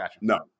no